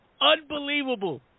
Unbelievable